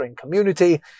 community